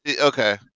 okay